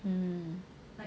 mm